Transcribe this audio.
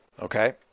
Okay